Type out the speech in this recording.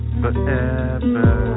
forever